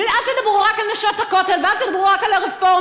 ואל תדברו רק על "נשות הכותל" ואל תדברו רק על הרפורמים.